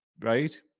Right